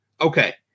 okay